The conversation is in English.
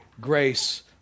grace